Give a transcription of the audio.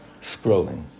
scrolling